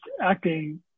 acting